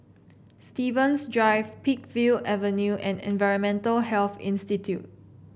Stevens Drive Peakville Avenue and Environmental Health Institute